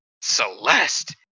Celeste